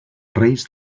reis